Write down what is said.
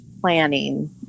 planning